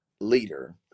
leader